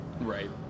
Right